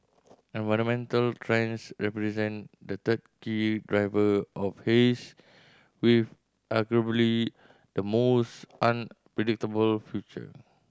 environmental trends represent the third key driver of haze with arguably the most unpredictable future